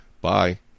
Bye